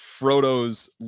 Frodo's